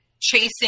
chasing